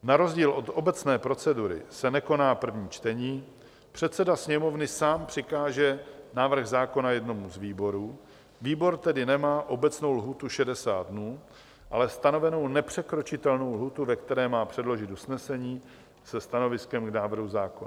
Na rozdíl od obecné procedury se nekoná první čtení, předseda Sněmovny sám přikáže návrh zákona jednomu z výborů, výbor tedy nemá obecnou lhůtu 60 dní, ale stanovenou nepřekročitelnou lhůtu, ve které má předložit usnesení se stanoviskem k návrhu zákona.